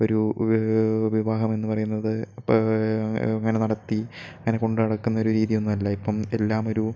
ഒരു വിവാഹം എന്ന് പറയുന്നത് ഇപ്പം ഇങ്ങനെ നടത്തി അങ്ങനെ കൊണ്ട് നടക്കുന്ന ഒരു രീതിയൊന്നുവല്ല ഇപ്പം എല്ലാം ഒരു